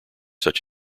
such